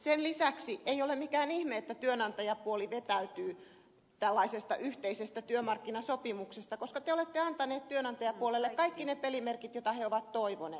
sen lisäksi ei ole mikään ihme että työnantajapuoli vetäytyy tällaisesta yhteisestä työmarkkinasopimuksesta koska te olette antaneet työnantajapuolelle kaikki ne pelimerkit joita he ovat toivoneet